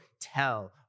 tell